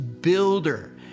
builder